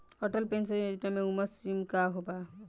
Atal pension Yojana मे उम्र सीमा का बा?